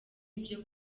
ibyo